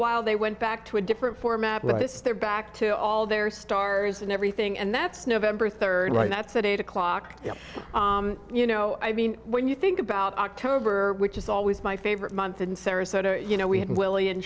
while they went back to a different format with their back to all their stars and everything and that's november third right that's at eight o'clock you know i mean when you think about october which is always my favorite month in sarasota you know we had willie in